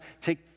take